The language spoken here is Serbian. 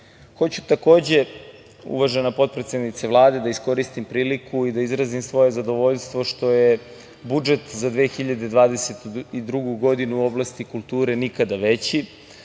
takođe, uvažena potpredsednice Vlade, da iskoristim priliku i da izrazim svoje zadovoljstvo što je budžet za 2022. godinu u oblasti kulture nikada veći,